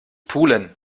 pulen